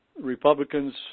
Republicans